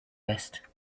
vest